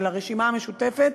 של הרשימה המשותפת,